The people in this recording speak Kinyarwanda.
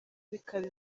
bikaba